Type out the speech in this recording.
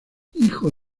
hijo